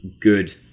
good